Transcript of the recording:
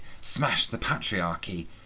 smash-the-patriarchy